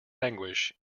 anguish